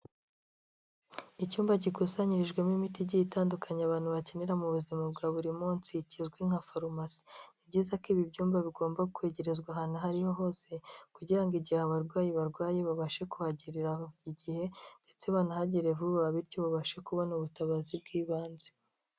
Icyumba gikusanyirijwemo imiti igi itandukanye abantu bakenera mu buzima bwa buri munsi, kizwi nka farumasi, ni byiza ko ibi byumba bigomba kwegerezwa ahantu ahaho hose kugira igihe abarwayi barwaye babashe kuhagerera igihe ndetse banahagere vuba bityo babashe kubona ubutabazi bw'ibanze.